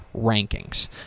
rankings